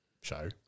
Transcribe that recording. show